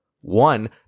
one